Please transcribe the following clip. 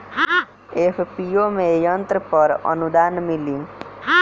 FPO में यंत्र पर आनुदान मिँली?